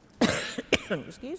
Excuse